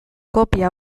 kopia